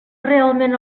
realment